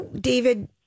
David